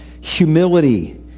humility